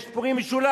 יש פורים משולש.